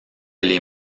les